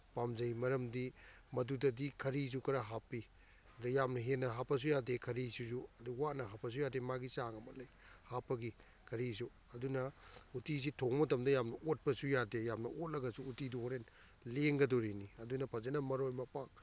ꯄꯥꯝꯖꯩ ꯃꯔꯝꯗꯤ ꯃꯗꯨꯗꯗꯤ ꯈꯔꯤꯁꯨ ꯈꯔ ꯍꯥꯞꯄꯤ ꯑꯗ ꯌꯥꯝ ꯍꯦꯟꯅ ꯍꯥꯞꯄꯁꯨ ꯌꯥꯗꯦ ꯈꯔꯤꯁꯤꯁꯨ ꯑꯗꯨ ꯋꯥꯠꯅ ꯍꯥꯞꯄꯁꯨ ꯌꯥꯗꯦ ꯃꯥꯒꯤ ꯆꯥꯡ ꯑꯃ ꯂꯩ ꯍꯥꯞꯄꯒꯤ ꯈꯔꯤꯁꯨ ꯑꯗꯨꯅ ꯎꯇꯤꯁꯤ ꯊꯣꯡꯕ ꯃꯇꯝꯗ ꯌꯥꯝ ꯑꯣꯠꯄꯁꯨ ꯌꯥꯗꯦ ꯌꯥꯝꯅ ꯑꯣꯠꯂꯒꯁꯨ ꯎꯇꯤꯗꯨ ꯍꯣꯔꯦꯟ ꯂꯦꯡꯒꯗꯣꯔꯤꯅꯤ ꯑꯗꯨꯅ ꯐꯖꯅ ꯃꯔꯣꯏ ꯃꯄꯥꯡ